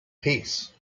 peace